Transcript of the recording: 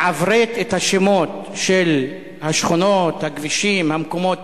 לעברת את השמות של השכונות, הכבישים, המקומות